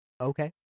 okay